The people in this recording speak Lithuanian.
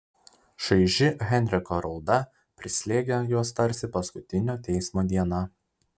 šaiži henriko rauda prislėgė juos tarsi paskutinio teismo diena